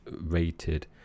rated